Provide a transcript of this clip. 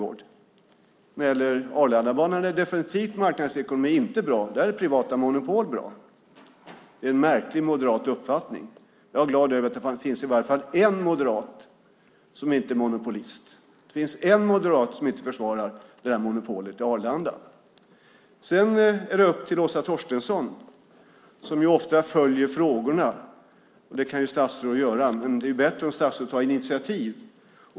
När det gäller Arlandabanan är marknadsekonomi definitivt inte bra. Där är privat monopol bra. Det är en märklig moderat uppfattning. Jag är glad över att det finns i varje fall en moderat som inte är monopolist. Det finns en moderat som inte försvarar monopolet till Arlanda. Sedan är det upp till Åsa Torstensson, som ofta följer frågorna. Det kan ju statsråd göra, men det är bättre om statsråd tar initiativ.